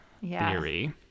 theory